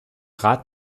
rat